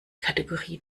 kategorie